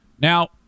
Now